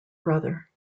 brother